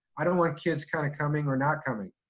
i don't want kids kind of coming or not coming.